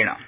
commander सम्मेलनम्